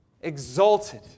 exalted